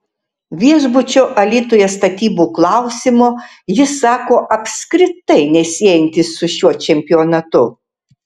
viešbučio alytuje statybų klausimo jis sako apskritai nesiejantis su šiuo čempionatu